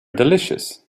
delicious